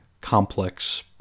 complex